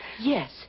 Yes